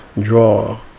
draw